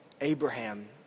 Abraham